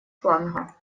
фланга